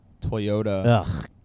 Toyota